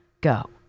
Go